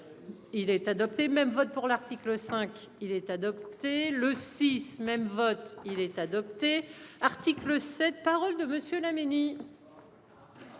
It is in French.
Il est adopté. Même vote pour l'article 5, il est adopté le 6 même vote il est adopté. Article cette parole de monsieur Laménie.